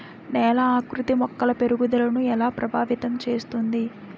నేల ఆకృతి మొక్కల పెరుగుదలను ఎలా ప్రభావితం చేస్తుంది?